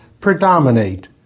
predominate